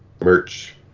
Merch